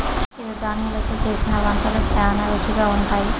చిరుధాన్యలు తో చేసిన వంటలు శ్యానా రుచిగా ఉంటాయి